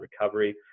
recovery